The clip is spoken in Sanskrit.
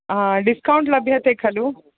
आम् डिस्कौण्ट् लभ्यते खलु